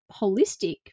holistic